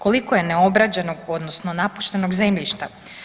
Koliko je neograđenog odnosno napuštenog zemljišta?